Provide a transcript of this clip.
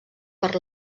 per